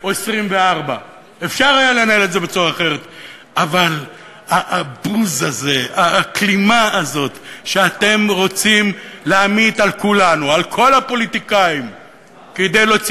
או 24. אפשר היה לנהל את זה בצורה אחרת.